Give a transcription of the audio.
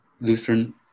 Lutheran